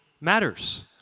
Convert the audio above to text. matters